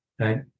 right